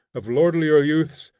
of lordlier youths,